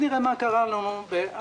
נראה מה קרה לנו ב-2018.